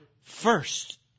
first